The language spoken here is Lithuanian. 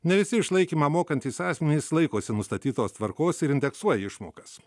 ne visi išlaikymą mokantys asmenys laikosi nustatytos tvarkos ir indeksuoja išmokas